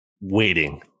waiting